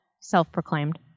self-proclaimed